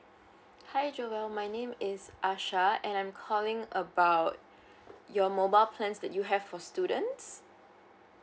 hi joel my name is asha and I'm calling about your mobile plans that you have for students